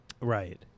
Right